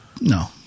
No